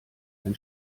ein